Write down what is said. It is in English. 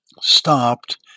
stopped